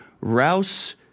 Rouse